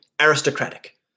aristocratic